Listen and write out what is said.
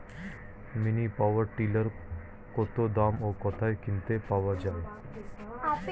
Mini power tiller কত দাম ও কোথায় কিনতে পাওয়া যায়?